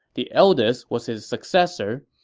the eldest was his successor,